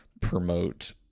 promote